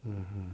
hmm